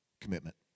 commitment